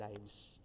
lives